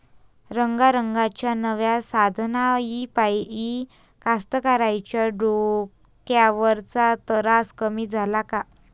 रंगारंगाच्या नव्या साधनाइपाई कास्तकाराइच्या डोक्यावरचा तरास कमी झाला का?